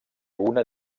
una